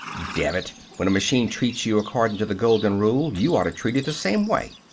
dammit, when a machine treats you accordin' to the golden rule, you oughta treat it the same way!